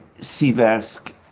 Siversk